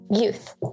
youth